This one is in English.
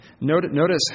notice